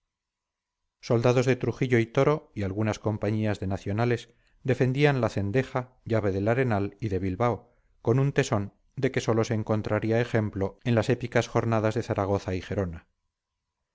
soldados de trujillo y toro y algunas compañías de nacionales defendían la cendeja llave del arenal y de bilbao con un tesón de que sólo se encontraría ejemplo en las épicas jornadas de zaragoza y gerona